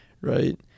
right